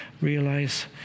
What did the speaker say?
realize